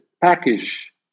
package